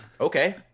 Okay